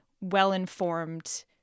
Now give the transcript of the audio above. well-informed